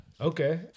Okay